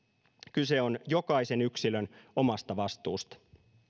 kyse on jokaisen yksilön omasta vastuusta